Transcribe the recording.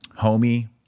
homie